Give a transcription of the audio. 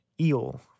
eel